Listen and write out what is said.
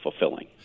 fulfilling